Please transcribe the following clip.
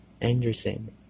Anderson